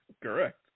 correct